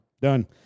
Done